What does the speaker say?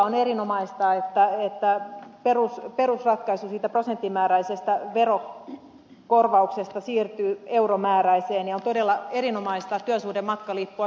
on erinomaista että perusratkaisu siitä prosenttimääräisestä verokorvauksesta siirtyy euromääräiseen ja on todella erinomaista että työsuhdematkalippua selkeytetään